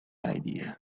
idea